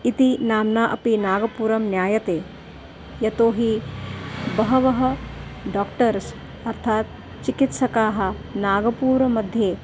इति नाम्ना अपि नागपुरं ज्ञायते यतोहि बहवः डाक्टर्स् अर्थात् चिकित्सकाः नागपुरमध्ये